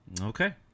Okay